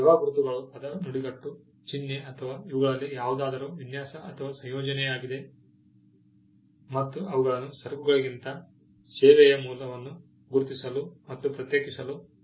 ಸೇವಾ ಗುರುತುಗಳು ಪದ ನುಡಿಗಟ್ಟು ಚಿಹ್ನೆ ಅಥವಾ ಇವುಗಳಲ್ಲಿ ಯಾವುದಾದರೂ ವಿನ್ಯಾಸ ಅಥವಾ ಸಂಯೋಜನೆಯಾಗಿದೆ ಮತ್ತು ಅವುಗಳನ್ನು ಸರಕುಗಳಿಗಿಂತ ಸೇವೆಯ ಮೂಲವನ್ನು ಗುರುತಿಸಲು ಮತ್ತು ಪ್ರತ್ಯೇಕಿಸಲು ಬಳಸಲಾಗುತ್ತದೆ